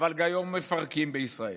אבל היום גם מפרקים בישראל,